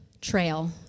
trail